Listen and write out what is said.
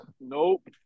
nope